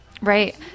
Right